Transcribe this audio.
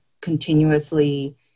continuously